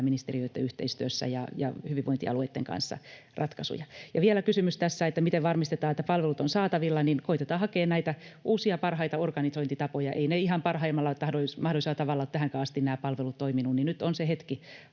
ministeriöitten ja hyvinvointialueitten kanssa yhteistyössä ratkaisuja. Vielä oli kysymys tässä, miten varmistetaan, että palvelut ovat saatavilla: Koetetaan hakea näitä uusia, parhaita organisointitapoja. Eivät nämä palvelut ihan parhaimmalla mahdollisella tavalla tähänkään asti ole toimineet, ja nyt on se hetki